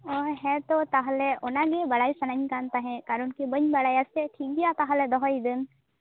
ᱳᱻ ᱦᱮᱸ ᱛᱚ ᱛᱟᱦᱚᱞᱮ ᱚᱱᱟᱜᱮ ᱵᱟᱲᱟᱭ ᱥᱟᱱᱟᱭᱤᱧ ᱠᱟᱱ ᱛᱟᱦᱮᱸ ᱠᱟᱨᱚᱱᱠᱤ ᱵᱟᱹᱧ ᱵᱟᱲᱟᱭᱟ ᱥᱮ ᱴᱷᱤᱠ ᱜᱤᱭᱟ ᱛᱟᱦᱚᱞᱮ ᱫᱚᱦᱚᱭᱫᱟᱹᱧ